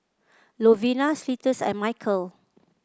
Lovina Cletus and Mykel